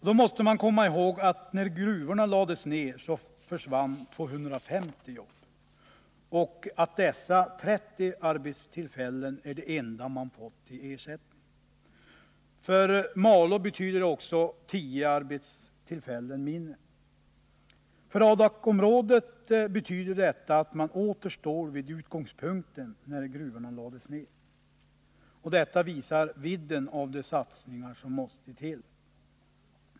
Man måste komma ihåg att 250 arbeten försvann när gruvorna lades ned och att den enda ersättning man fått är dessa 30 arbetstillfällen. För Malå betyder det 10 arbetstillfällen färre, och för Adakområdet innebär det att man sedan gruvorna lagts ned åter står vid utgångspunkten. Detta visar vidden av de satsningar som måste till.